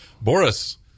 Boris